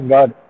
God